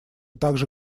также